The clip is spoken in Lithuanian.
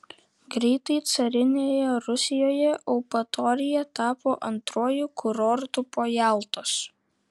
greitai carinėje rusijoje eupatorija tapo antruoju kurortu po jaltos